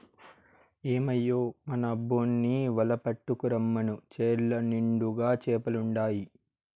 ఏమయ్యో మన అబ్బోన్ని వల పట్టుకు రమ్మను చెర్ల నిండుగా చేపలుండాయి